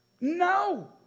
No